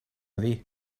dir